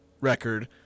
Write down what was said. record